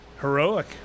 Heroic